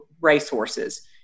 racehorses